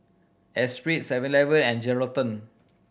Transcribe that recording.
Espirit Seven Eleven and Geraldton